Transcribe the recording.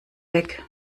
weg